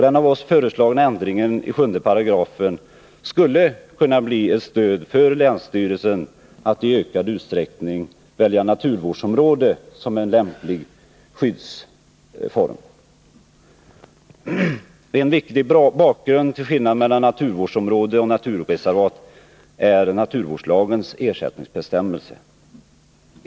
Den av oss föreslagna ändringen skulle i ökad utsträckning kunna bli ett stöd för länsstyrelsen vid valet av naturvårdsområde som lämplig skyddsform. Det är en viktig bakgrund. En skillnad mellan naturvårdsområde och naturreservat är naturvårdslagens ersättningsbestämmelse.